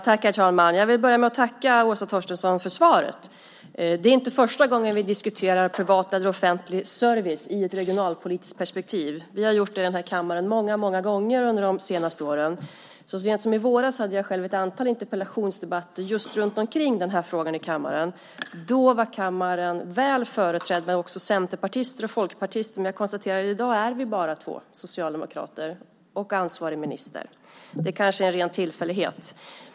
Herr talman! Jag vill börja med att tacka Åsa Torstensson för svaret. Det är inte första gången vi diskuterar privat eller offentlig service i ett regionalpolitiskt perspektiv. Vi har gjort det i den här kammaren många gånger under de senaste åren. Så sent som i våras hade jag själv ett antal interpellationsdebatter i kammaren just runtomkring den här frågan. Då var kammaren väl företrädd med också centerpartister och folkpartister. Men jag konstaterar att vi i dag bara är två socialdemokrater och ansvarig minister. Det kanske är en ren tillfällighet.